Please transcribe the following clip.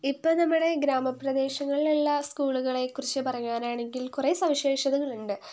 ഇപ്പം നമ്മുടെ ഗ്രാമപ്രദേശങ്ങളില് ഉള്ള സ്കൂളുകളെക്കുറിച്ച് പറയുവാനാണെങ്കില് കുറെ സവിശേഷതകള് ഉണ്ട്